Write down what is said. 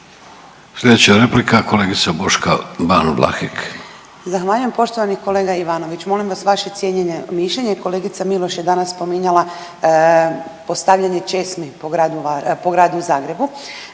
Sljedeća replika kolegica Boška Ban Vlahek. **Ban, Boška (SDP)** Zahvaljujem poštovani kolega Ivanović. Molim vas vaše cijenjeno mišljenje. Kolegica Miloš je danas spominjala postavljanje česmi po gradu Zagrebu.